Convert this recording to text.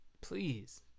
Please